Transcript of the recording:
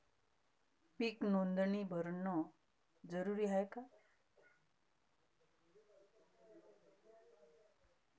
पीक नोंदनी भरनं जरूरी हाये का?